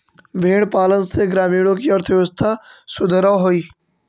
भेंड़ पालन से ग्रामीणों की अर्थव्यवस्था सुधरअ हई